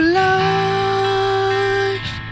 life